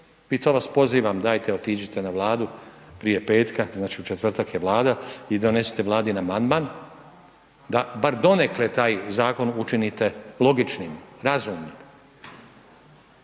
i to vas pozivam dajte otiđite na Vladu prije petka, znači u četvrtak je Vlada i donesite Vladin amandman da bar donekle taj zakon učinite logičnim, razumnim,